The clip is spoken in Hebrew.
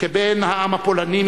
כבן העם הפולני,